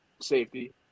safety